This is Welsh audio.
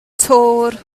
töwr